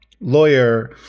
lawyer